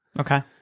Okay